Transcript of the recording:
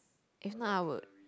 if not I would